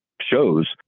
shows